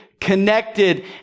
connected